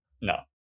No